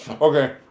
Okay